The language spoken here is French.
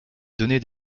donner